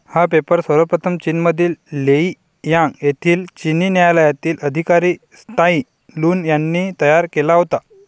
हा पेपर सर्वप्रथम चीनमधील लेई यांग येथील चिनी न्यायालयातील अधिकारी त्साई लुन यांनी तयार केला होता